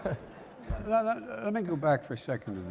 but let me go back for a second